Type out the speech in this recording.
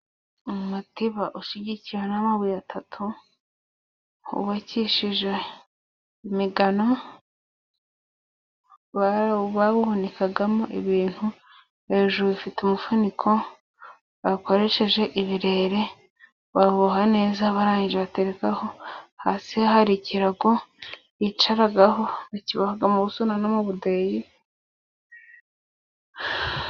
Umutiba ushyigikiwe n'amabuye atatu，hubakishije imigano，bawuhunikagamo ibintu， hejuru ufite umufuniko bakoresheje ibirere， bawuboha neza barangije baterekaho， hasi hari ikirago bicaraho，baboha mu busuna no mu budeyi.